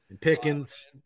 Pickens